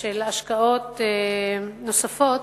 של השקעות נוספות,